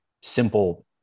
simple